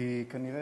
כי כנראה